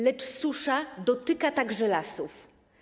Lecz susza dotyczy także lasów.